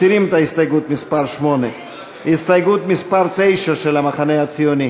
מסירים את הסתייגות מס' 8. הסתייגות מס' 9 של המחנה הציוני?